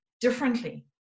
differently